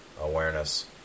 awareness